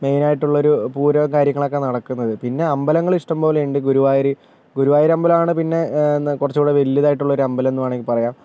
main ആയിട്ട് ഉള്ള ഒരു പൂരം കാര്യങ്ങളൊക്കെ നടക്കുന്നത് പിന്നെ അമ്പലങ്ങൾ ഇഷടംപോലെ ഉണ്ട് ഗുരുവായൂര് ഗുരുവായൂര് അമ്പലമാണ് പിന്നെ കുറച്ചുകൂടെ വലിയതായിട്ടുള്ള ഒരു അമ്പലം എന്ന് വേണമെങ്കിൽ പറയാം